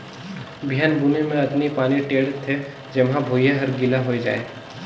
बिहन बुने मे अतनी पानी टेंड़ थें जेम्हा भुइयां हर गिला होए जाये